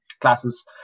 classes